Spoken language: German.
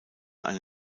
eine